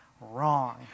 wrong